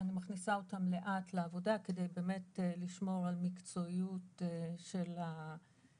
אני מכניסה אותם לאט לעבודה כדי לשמור על מקצועיות של המפקחים.